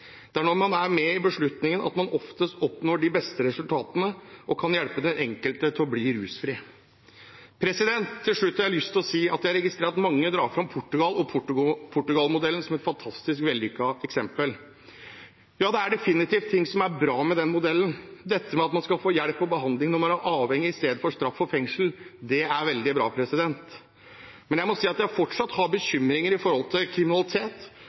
Det er når man er med i beslutningen, man oftest oppnår de beste resultatene og kan hjelpe den enkelte til å bli rusfri. Til slutt har jeg lyst til å si at jeg registrerer at mange drar fram Portugal og Portugal-modellen som et fantastisk vellykket eksempel. Ja, det er definitivt ting som er bra med den modellen. Dette med at man skal få hjelp og behandling når man er avhengig, i stedet for straff og fengsel, er veldig bra. Men jeg må si at jeg fortsatt har bekymringer knyttet til kriminalitet,